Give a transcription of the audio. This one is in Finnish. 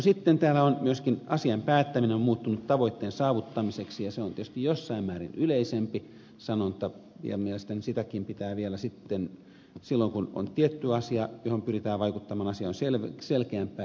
sitten täällä sanotaan myöskin että asian päättäminen on muuttunut tavoitteen saavuttamiseksi ja se on tietysti jossain määrin yleisempi sanonta ja mielestäni sitäkin pitää vielä sitten täsmentää silloin kun on tietty asia johon pyritään vaikuttamaan asia on selkeämpää